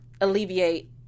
alleviate